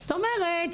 זאת אומרת,